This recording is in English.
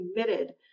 committed